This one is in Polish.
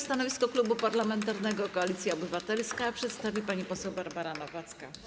Stanowisko Klubu Parlamentarnego Koalicja Obywatelska przedstawi pani poseł Barbara Nowacka.